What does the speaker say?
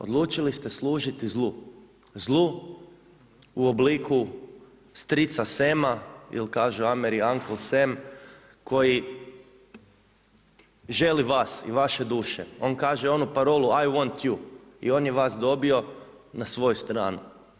Odlučili ste služiti zlu, zlu u obliku strica Sama ili kažu Ameri, Uncle Sam koji želi vas i vaše duše, on kaže onu parolu „I want you“ i on je vas dobio na svoju stranu.